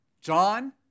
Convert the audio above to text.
John